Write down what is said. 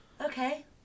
Okay